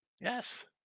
Yes